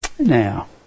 now